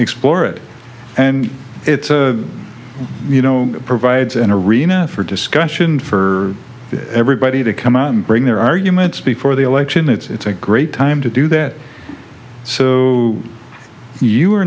explore it and it's you know provides an arena for discussion for everybody to come out and bring their arguments before the election it's a great time to do that so you are